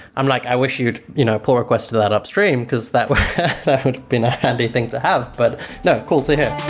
i'm like, i wish you'd you know pull requests to that upstream, because that would have been a handy thing to have, but no, cool to hear